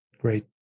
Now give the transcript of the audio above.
Great